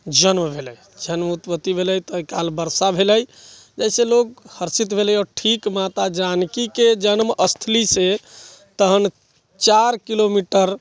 जन्म भेल छनि उत्पत्ति भेलै तय काल बरसा भेलै जाहिसे लोग हर्षित भेलै आओर ठीक माता जानकी के जन्म स्थली से तहन चार किलोमीटर